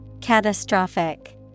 Catastrophic